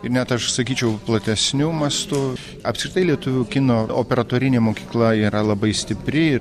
ir net aš sakyčiau platesniu mastu apskritai lietuvių kino operatorinė mokykla yra labai stipri